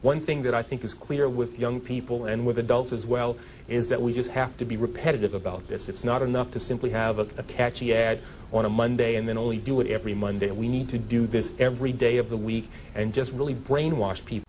one thing that i think is clear with young people and with adults as well is that we just have to be repetitive about this it's not enough to simply have a catchy ad on a monday and then only do it every monday we need to do this every day of the week and just really brainwash people